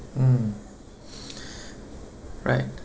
mm right